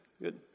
good